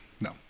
No